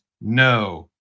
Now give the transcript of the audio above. No